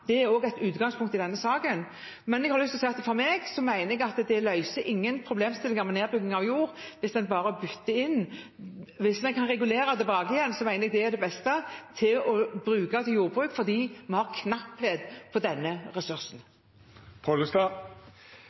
er det også et utgangspunkt i denne saken. Jeg mener at bytte når det gjelder nedbygging av jord, løser ingen problemstillinger. Hvis vi kan regulere tilbake igjen, å bruke området til jordbruk, mener jeg det er det beste, fordi vi har knapphet på denne ressursen.